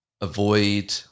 avoid